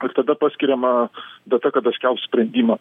ir tada paskiriama data kada skelbs sprendimą